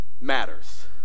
matters